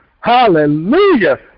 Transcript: hallelujah